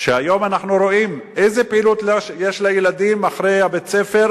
שהיום אנחנו רואים איזו פעילות יש לילדים אחרי בית-הספר,